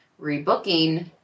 rebooking